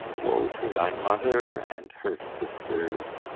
woe to thy mother and her sisters,